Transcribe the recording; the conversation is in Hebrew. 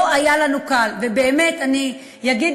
לא היה לנו קל, ואגיד בסוף.